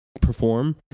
perform